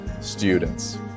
students